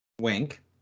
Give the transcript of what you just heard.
Wink